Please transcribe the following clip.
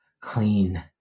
clean